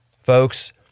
Folks